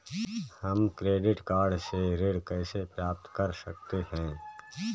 हम credit card से ऋण कैसे प्राप्त कर सकते हैं?